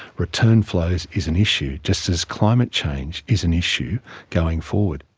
return flows is an issue, just as climate change is an issue going forward.